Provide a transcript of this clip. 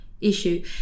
issue